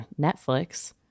Netflix